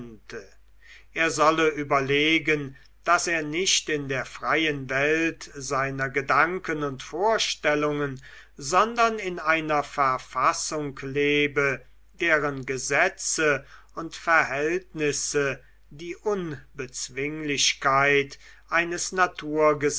er solle überlegen daß er nicht in der freien welt seiner gedanken und vorstellungen sondern in einer verfassung lebe deren gesetze und verhältnisse die unbezwinglichkeit eines